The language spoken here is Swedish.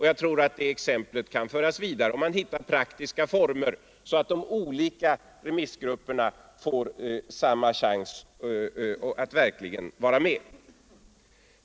Jag tror att det exemplet kan föras vidare, om man hittar praktiska former, så att de olika remissgrupperna får samma chans att verkligen vara med.